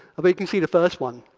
but you can see the first one,